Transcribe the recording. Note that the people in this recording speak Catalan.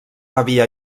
havia